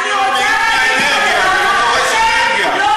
אני רוצה להגיד לך דבר אחד: אתם לא